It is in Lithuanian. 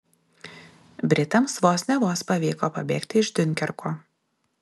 britams vos ne vos pavyko pabėgti iš diunkerko